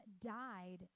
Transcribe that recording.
died